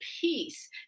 peace